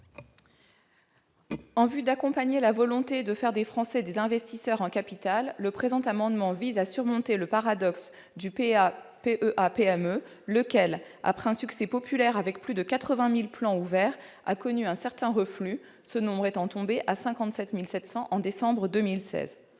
En vue d'accompagner la volonté de faire des Français des investisseurs en capital, le présent amendement vise à surmonter le paradoxe du PEA-PME, lequel, après un succès populaire, avec plus de 80 000 plans ouverts, a connu un certain reflux, ce nombre étant tombé à 57 700 en décembre 2016.